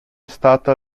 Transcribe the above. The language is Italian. stata